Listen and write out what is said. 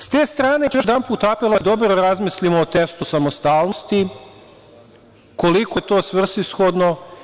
S te strane, još jedanput ću apelovati da dobro razmislimo o testu samostalnosti, koliko je to svrsishodno.